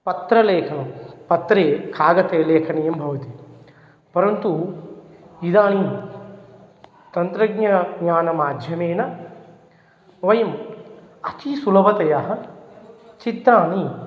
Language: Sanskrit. पत्रलेखनं पत्रे कागते लेखनीयं भवति परन्तु इदानिं तन्त्रज्ञ ज्ञान माझ्यमेन वयम् अतिसुलभतया चित्राणि